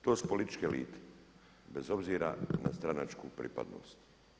To su političke elite bez obzira na stranačku pripadnost.